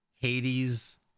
Hades